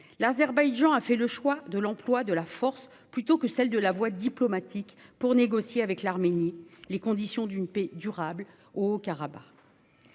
l'Azerbaïdjan a fait le choix de l'emploi de la force plutôt que de la voie diplomatique pour négocier avec l'Arménie les conditions d'une paix durable au Haut-Karabagh.